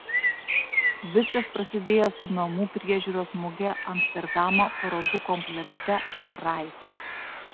viskas prasidėjo su namų priežiūros muge amsterdamo parodų komplekse rai